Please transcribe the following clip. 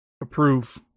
approve